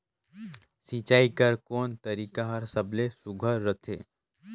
सिंचाई कर कोन तरीका हर सबले सुघ्घर रथे?